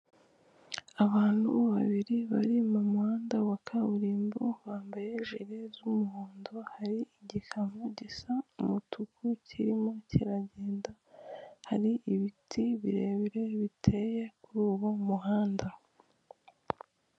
Abantu babiri bari mu muhanda wa kaburimbo wambaye ijile z'umuhondo, hari igikamyo gisa umutuku kirimo kiragenda, hari ibiti birebire biteye kuri uwo muhanda.